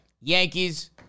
Yankees